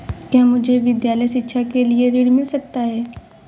क्या मुझे विद्यालय शिक्षा के लिए ऋण मिल सकता है?